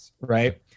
right